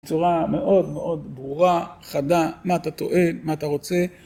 בצורה מאוד מאוד ברורה, חדה, מה אתה טוען, מה אתה רוצה.